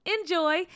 enjoy